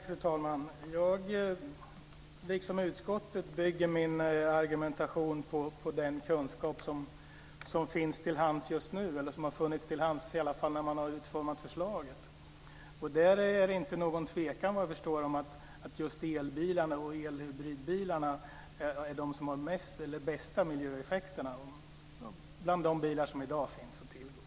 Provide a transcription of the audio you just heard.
Fru talman! Jag, liksom utskottet, bygger min argumentation på den kunskap som finns till hands just nu, eller i alla fall som har funnits när man har utformat förslaget. Där är det inte någon tvekan om att det är just elbilarna och elhybridbilarna som har de bästa miljöeffekterna bland de bilar som i dag finns att tillgå.